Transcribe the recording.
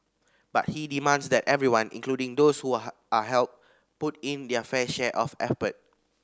but he demands that everyone including those who are helped put in their fair share of effort